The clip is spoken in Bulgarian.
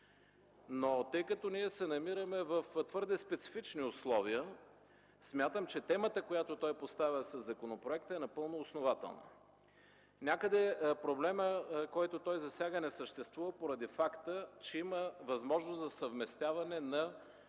Тъй като ние се намираме в твърде специфични условия, смятам, че темата, която той поставя със законопроекта, е напълно основателна. Някъде проблемът, който той засяга, не съществува поради факта, че има възможност за съвместяване на